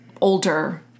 older